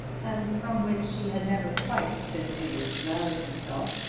and from which he had never quite been able to rouse himself,